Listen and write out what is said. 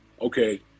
okay